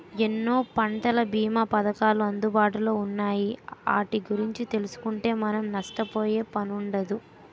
ఎన్నో పంటల బీమా పధకాలు అందుబాటులో ఉన్నాయి ఆటి గురించి తెలుసుకుంటే మనం నష్టపోయే పనుండదు